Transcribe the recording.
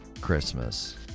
Christmas